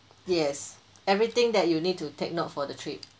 yes everything that you need to take note for the trip